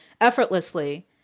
effortlessly